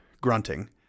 grunting